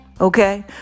Okay